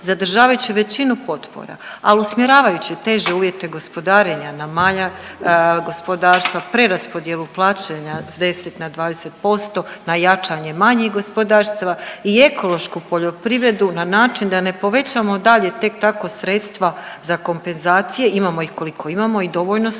zadržavajući većinu potpora, ali usmjeravajući teže uvjete gospodarenja na manjak gospodarstva, preraspodjelu plaćanja sa 10 na 20%, na jačanje manjih gospodarstava i ekološku poljoprivredu na način da ne povećamo dalje tek tako sredstva za kompenzacije. Imamo ih koliko imamo i dovoljno